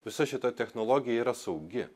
visa šita technologija yra saugi